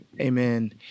Amen